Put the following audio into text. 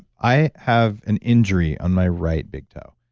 i have an injury on my right big toe.